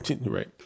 right